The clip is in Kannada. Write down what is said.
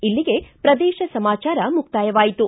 ಇಲ್ಲಿಗೆ ಪ್ರದೇಶ ಸಮಾಚಾರ ಮುಕ್ತಾಯವಾಯಿತು